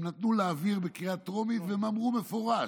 הם נתנו להעביר בקריאה טרומית והם אמרו במפורש,